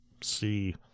see